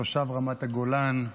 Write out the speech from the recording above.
תושב רמת הגולן,